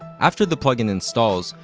after the plugin installs,